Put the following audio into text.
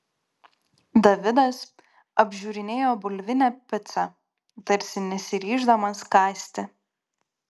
davidas apžiūrinėjo bulvinę picą tarsi nesiryždamas kąsti